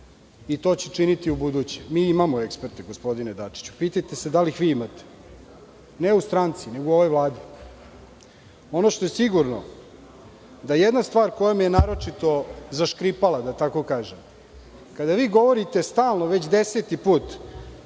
i to će činiti i u buduće. Mi imamo eksperte gospodine Dačiću. Pitajte se da li ih vi imate. Ne u stranci, nego u ovoj Vladi. Ono što je sigurno da jedna stvar koja vam je naročito zaškripala, da tako kažem, kada govorite stalno, već deseti put,